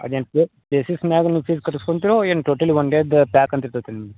ಅದೇನು ಪ್ಲೇಸಸ್ ಮೇಲ್ ನೀವು ಫೀಸ್ ಕಟ್ಟಿಸ್ಗೊಂತಿರೋ ಏನು ಟೋಟಲಿ ಒನ್ ಡೇದು ಪ್ಯಾಕಂತ ಇರ್ತದ್ ಸರ್ ನಿಮ್ಮ